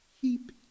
keep